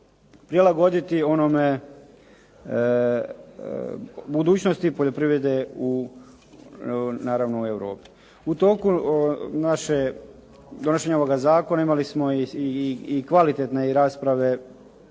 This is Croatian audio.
prilagoditi budućnosti poljoprivrede naravno u Europi. U toku donošenja ovoga zakona imali smo i kvalitetne rasprave